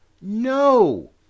no